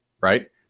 right